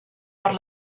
per